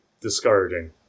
discouraging